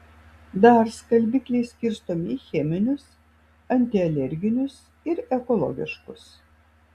dar skalbikliai skirstomi į cheminius antialerginius ir ekologiškus